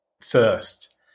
first